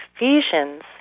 Ephesians